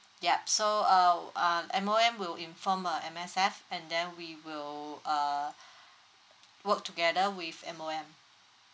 yup so uh um M_O_M will inform uh M_S_F and then we will uh work together with M_O_M